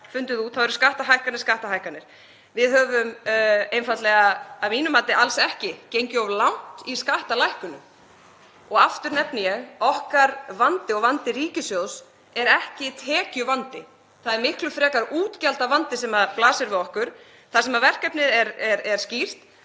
það þá eru skattahækkanir skattahækkanir. Við höfum einfaldlega að mínu mati alls ekki gengið of langt í skattalækkunum. Aftur nefni ég að okkar vandi og vandi ríkissjóðs er ekki tekjuvandi. Það er miklu frekar útgjaldavandi sem blasir við okkur þar sem verkefnið er skýrt